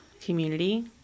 community